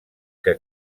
que